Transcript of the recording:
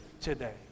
today